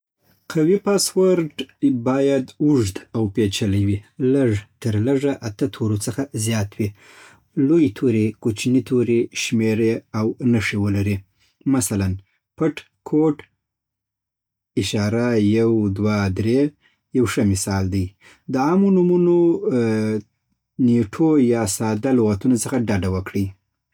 قوي پاسورډ باید اوږد او پيچلی وي. تر لږ تر لږه اته تورو څخه زیات وي. لوی توري، کوچني توري، شمېرې او نښې ولري. مثلاً: ”پټ-کود یو دوه دری شکل یو ښه مثال دی. د عامو نومونو، نېټو یا ساده لغتونو څخه ډډه وکړئ